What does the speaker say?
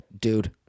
dude